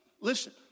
listen